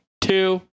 two